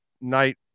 night